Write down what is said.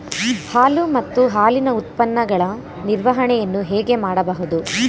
ಹಾಲು ಮತ್ತು ಹಾಲಿನ ಉತ್ಪನ್ನಗಳ ನಿರ್ವಹಣೆಯನ್ನು ಹೇಗೆ ಮಾಡಬಹುದು?